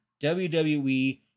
WWE